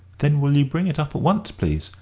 then will you bring it up at once, please?